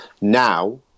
Now